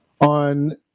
on